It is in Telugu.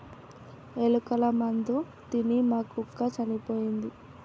ఎలుకల మందు తిని మా కుక్క చనిపోయింది